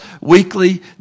weekly